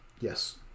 yes